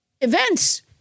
events